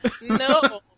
No